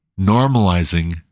normalizing